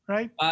Right